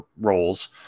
roles